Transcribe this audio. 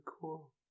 cool